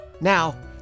Now